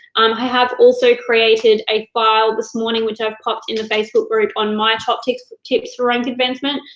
um i have also created a file this morning, which i have popped in the facebook group on my top tips for tips for rank advancement,